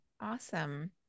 Awesome